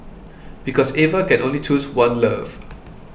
because Eva can only choose one love